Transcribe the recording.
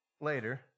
later